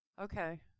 Okay